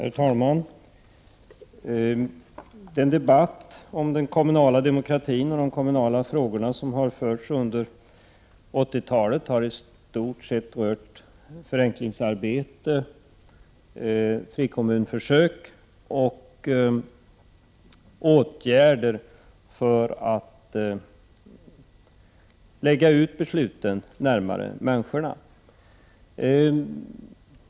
Herr talman! Den debatt om den kommunala demokratin och de kommunala frågorna som har förts under 80-talet har i stort sett rört förenklingsarbete, frikommunförsök och åtgärder för att lägga ut besluten närmare människorna.